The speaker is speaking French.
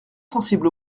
sensible